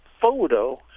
photo